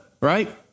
Right